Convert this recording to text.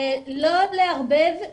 לא לערבב התאמות,